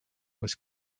was